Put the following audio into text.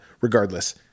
regardless